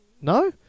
No